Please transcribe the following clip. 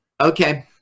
Okay